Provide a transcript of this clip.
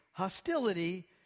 hostility